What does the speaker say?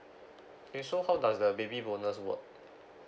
okay so how does the baby bonus work